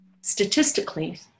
statistically